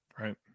Right